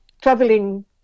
traveling